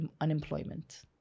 unemployment